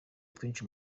twinshi